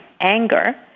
anger